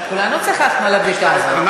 כולנו צחקנו על הבדיחה הזאת,